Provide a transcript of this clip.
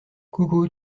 coucou